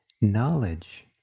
knowledge